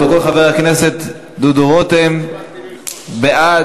בשביל הפרוטוקול: חבר הכנסת דודו רותם, בעד.